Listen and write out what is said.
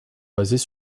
basés